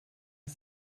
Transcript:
ist